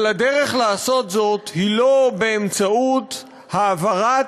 אבל הדרך לעשות זאת היא לא באמצעות העברת